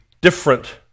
different